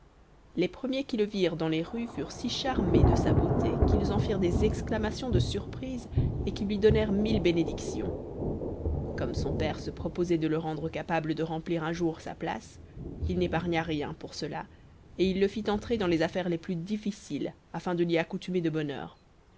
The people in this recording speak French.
les premiers qui le virent dans les rues furent si charmés de sa beauté qu'ils en firent des exclamations de surprise et qu'ils lui donnèrent mille bénédictions comme son père se proposait de le rendre capable de remplir un jour sa place il n'épargna rien pour cela et il le fit entrer dans les affaires les plus difficiles afin de l'y accoutumer de bonne